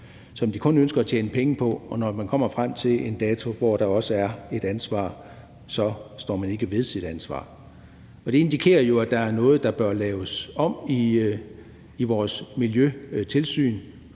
som de kun ønsker at tjene penge på, men når de kommer frem til en dato, hvor der også er et ansvar, så står de ikke ved deres ansvar. Det indikerer jo, at der er noget, der bør laves om i vores miljøtilsyn.